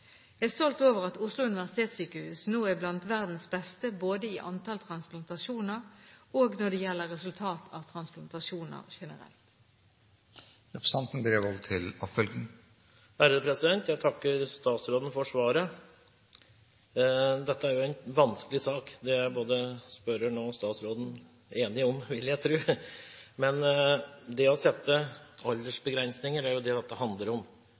Jeg er stolt over at Oslo universitetssykehus nå er blant verdens beste både i antall transplantasjoner og når det gjelder resultatet av transplantasjoner generelt. Jeg takker statsråden for svaret. Dette er en vanskelig sak – det er både spørreren og statsråden enige om, vil jeg tro. Men det dette handler om, er å sette aldersbegrensninger, og i dette tilfellet er det 60 år. Det